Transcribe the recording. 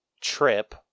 trip